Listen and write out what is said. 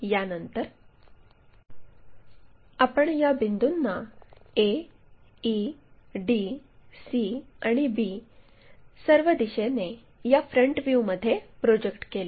यानंतर आपण या बिंदूंना a e d c आणि b सर्व दिशेने या फ्रंट व्ह्यूमध्ये प्रोजेक्ट केले